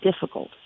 difficult